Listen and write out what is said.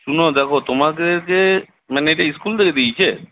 শোনো দেখো তোমাদেরকে মানে এটা স্কুল থেকে দিয়েছে